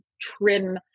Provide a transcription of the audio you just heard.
trim